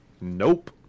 Nope